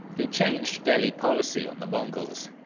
who changed delhi policy on the mongols.